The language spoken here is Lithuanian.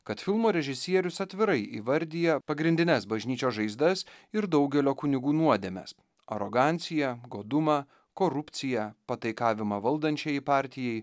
kad filmo režisierius atvirai įvardija pagrindines bažnyčios žaizdas ir daugelio kunigų nuodėmes aroganciją godumą korupciją pataikavimą valdančiajai partijai